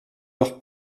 leur